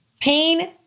Pain